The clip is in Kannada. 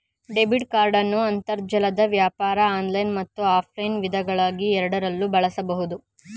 ಡೆಬಿಟ್ ಕಾರ್ಡನ್ನು ಅಂತರ್ಜಾಲದ ವ್ಯವಹಾರ ಆನ್ಲೈನ್ ಮತ್ತು ಆಫ್ಲೈನ್ ವಿಧಾನಗಳುಎರಡರಲ್ಲೂ ಬಳಸಬಹುದು